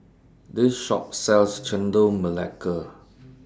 This Shop sells Chendol Melaka